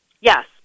Yes